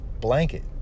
blanket